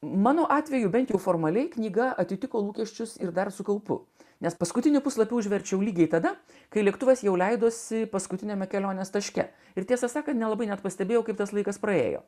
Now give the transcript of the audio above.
mano atveju bent jau formaliai knyga atitiko lūkesčius ir dar su kaupu nes paskutinį puslapį užverčiau lygiai tada kai lėktuvas jau leidosi paskutiniame kelionės taške ir tiesą sakant nelabai nepastebėjau kaip tas laikas praėjo